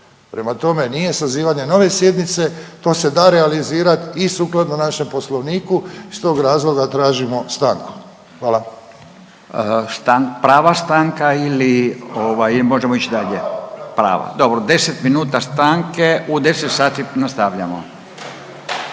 Prema tome, nije sazivanje nove sjednice, to se da realizirati i sukladno našem Poslovniku. Iz tog razloga tražimo stanku. Hvala. **Radin, Furio (Nezavisni)** Prava stanka ili možemo ići dalje? Prava. Dobro 10 minuta stanke. U 10 sati nastavljamo.